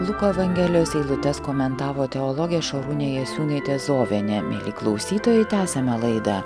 luko evangelijos eilutes komentavo teologė šarūnė jasiūnaitė zovienė mieli klausytojai tęsiame laidą